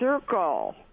circle